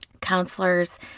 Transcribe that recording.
counselors